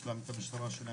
יש להם את המשטרה שלהם,